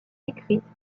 écrites